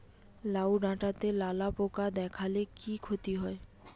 লাউ ডাটাতে লালা পোকা দেখালে কি ক্ষতি হয়?